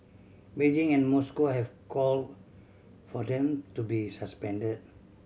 Beijing and Moscow have called for them to be suspended